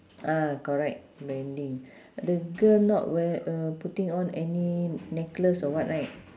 ah correct bending the girl not wear uh putting on any necklace or what right